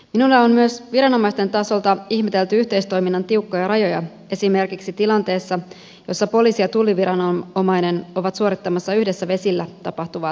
minulle on myös viranomaisten taholta ihmetelty yhteistoiminnan tiukkoja rajoja esimerkiksi tilanteessa jossa poliisi ja tulliviranomainen ovat suorittamassa yhdessä vesillä tapahtuvaa tehtävää